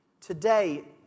today